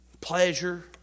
pleasure